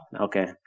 okay